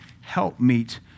helpmeet